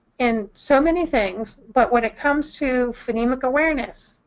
in so many things, but when it comes to phonemic awareness,